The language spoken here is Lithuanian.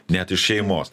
net iš šeimos